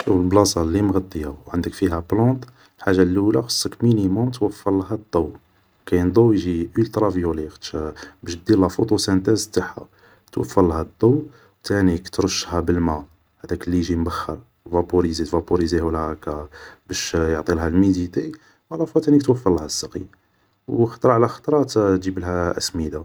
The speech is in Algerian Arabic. البلاصة اللي مغطية و عندك فيها بلونط, حاجة اللولة خصك مينيمون توفرلها الضوء, كاين ضوء يجي اولترا فيولي, خاطش باش دير لا فوطو سانتاز تاعها, توفرلها الضوء, تانيك ترشها بالماء هداك اللي يجي مبخر فابوريزي, تفابوريزيهولها هاكا باش يعطيها الميديتي, الافوا تانيك توفرلها السقي, و خطرى على خطرى تانيك تجيبلها اسمدة